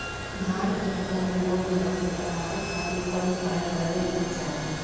धान के फसल में रोग लगे से बचावे खातिर कौन उपाय करे के चाही?